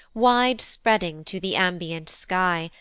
wide-spreading to the ambient sky,